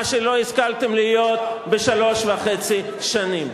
מה שלא השכלתם להיות בשלוש וחצי שנים.